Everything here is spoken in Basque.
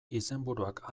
izenburuak